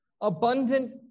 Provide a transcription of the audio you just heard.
abundant